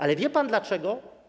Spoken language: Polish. Ale wie pan, dlaczego?